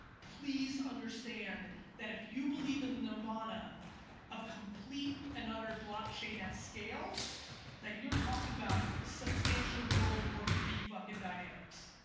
please understand that if you believe in nirvana of complete and utter blockchain at scale that you're talking about substantial world war iii fucking dynamics.